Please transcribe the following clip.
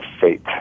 fate